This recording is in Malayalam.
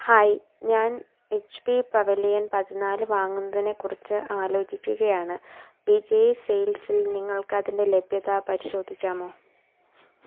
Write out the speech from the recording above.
ഹായ് ഞാൻ എച്ച് പി പവലിയൻ പതിനാല് വാങ്ങുന്നതിനെ കുറിച്ച് ആലോചിക്കുകയാണ് വിജയ് സെയിൽസിൽ നിങ്ങൾക്ക് അതിൻ്റെ ലഭ്യത പരിശോധിക്കാമോ